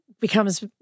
becomes